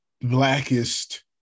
blackest